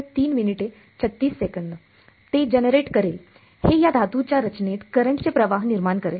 ते जनरेट करेल हे या धातूच्या रचनेत करंट चे प्रवाह निर्माण करेल